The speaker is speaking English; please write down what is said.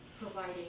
providing